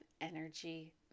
energy